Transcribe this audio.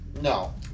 No